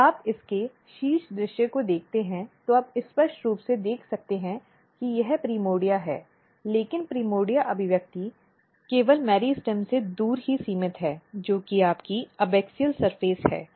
यदि आप इसके शीर्ष दृश्य को देखते हैं तो आप स्पष्ट रूप से देख सकते हैं कि यह प्राइमोर्डिया है लेकिन प्राइमोर्डिया अभिव्यक्ति केवल मेरिस्टेम से दूर ही सीमित है जो कि आपकी एबाक्सिअल सतह है